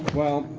well,